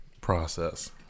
process